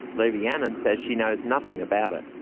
lee rhiannon says she knows nothing about it.